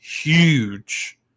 huge